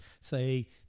say